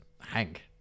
Hank